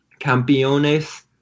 Campeones